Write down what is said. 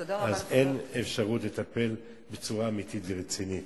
אין אפשרות לטפל בצורה אמיתית ורצינית.